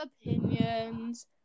opinions